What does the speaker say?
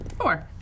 Four